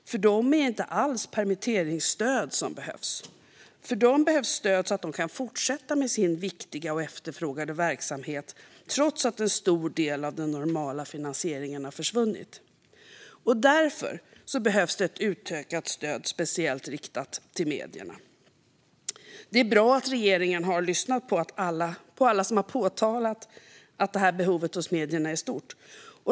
För dem är det inte alls permitteringsstöd som behövs, utan för dem behövs stöd så att de kan fortsätta med sin viktiga och efterfrågade verksamhet trots att en stor del av den normala finansieringen har försvunnit. Därför behövs ett utökat stöd speciellt riktat till medierna. Det är bra att regeringen har lyssnat på alla som har påpekat att detta behov hos medierna är stort.